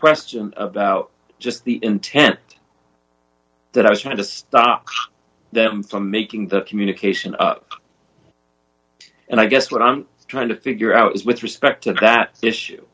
question about just the intent that i was trying to stop them from making the communication and i guess what i'm trying to figure out is with respect to that issue